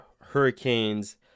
Hurricanes